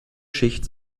schicht